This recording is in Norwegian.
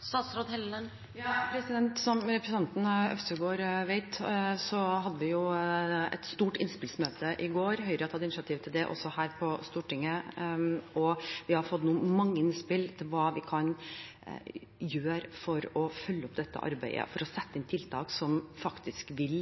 Som representanten Øvstegård vet, hadde vi et stort innspillsmøte i går. Høyre har tatt initiativ til det også her på Stortinget. Vi har fått mange innspill om hva vi kan gjøre for å følge opp dette arbeidet, og for å sette inn tiltak som vil